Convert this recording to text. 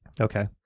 Okay